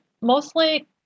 mostly